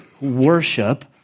worship